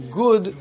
good